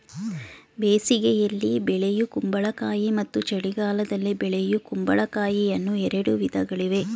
ಬೇಸಿಗೆಯಲ್ಲಿ ಬೆಳೆಯೂ ಕುಂಬಳಕಾಯಿ ಮತ್ತು ಚಳಿಗಾಲದಲ್ಲಿ ಬೆಳೆಯೂ ಕುಂಬಳಕಾಯಿ ಅನ್ನೂ ಎರಡು ವಿಧಗಳಿವೆ